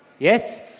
Yes